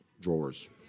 drawers